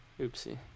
Oopsie